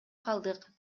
калдык